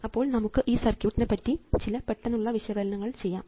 അപ്പോൾ നമുക്ക് ഈ സർക്യൂട്ട്നെ പറ്റി ചില പെട്ടെന്നുള്ള വിശകലനങ്ങൾ ചെയ്യാം